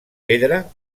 pedra